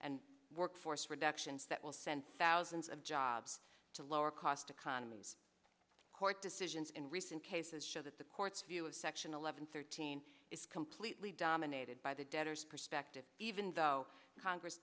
and workforce reductions that will send thousands of jobs to lower cost economies court decisions in recent cases show that the court's view of section eleven thirteen is completely dominated by the debtor's perspective even though congress